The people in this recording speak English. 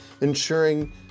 ensuring